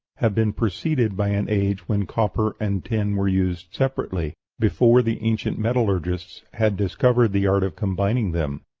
have been preceded by an age when copper and tin were used separately, before the ancient metallurgists had discovered the art of combining them,